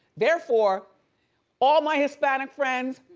therefore all my hispanic friends,